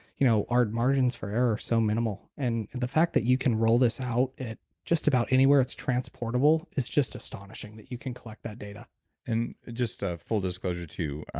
you know our margins for error are so minimal and the fact that you can roll this out at just about anywhere. it's transportable. it's just astonishing that you can collect that data and just a full disclosure to